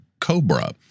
Cobra